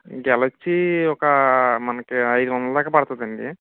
గెలొచ్చి ఒక మనకి ఐదు వందల దాకా పడుతుందండి